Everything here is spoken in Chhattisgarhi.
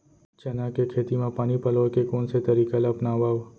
चना के खेती म पानी पलोय के कोन से तरीका ला अपनावव?